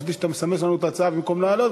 חשבתי שאתה מסמס לנו את ההצעה במקום לעלות,